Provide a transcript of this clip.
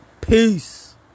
Peace